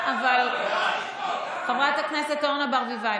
אבל הם אומרים שחור על גבי לבן,